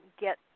get